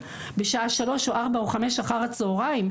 בשעה שלוש או ארבע או חמש אחר הצוהריים,